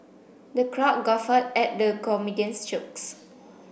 the crowd guffawed at the comedian's jokes